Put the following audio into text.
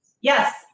Yes